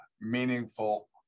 meaningful